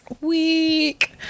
week